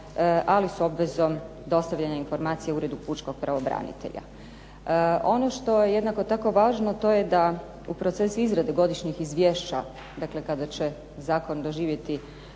ali s obvezom dostavljanja informacija Uredu pučkog pravobranitelja. Ono što je jednako tako važno, a to je da u procesu izrade godišnjeg izvješća, dakle kada će zakon doživjeti